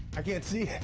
i can't see